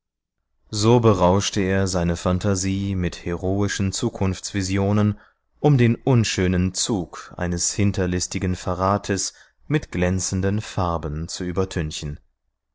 so berauschte er seine phantasie mit heroischen zukunftsvisionen um den unschönen zug eines hinterlistigen verrates mit glänzenden farben zu übertünchen